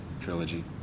trilogy